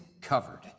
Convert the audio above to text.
covered